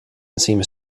seems